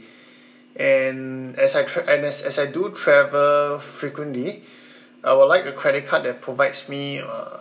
and as I tra~ and as as I do travel frequently I would like a credit card that provides me uh